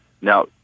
Now